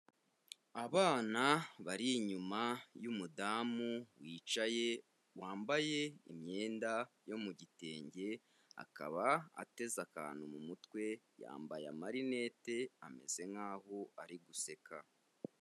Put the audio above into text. Abana bari inyuma y'umudamu wicaye wambaye imyenda yo mu gitenge akaba ateze akantu mumutwe yambaye marinette ameze nkaho ari guseka.